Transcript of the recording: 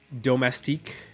domestique